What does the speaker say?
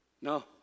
No